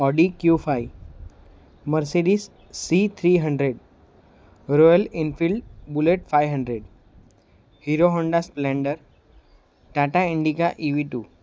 Audi Q five Mercedes C three hundred Royal Enfield bullet five hundred Hero Honda splendor Tata Indica ev two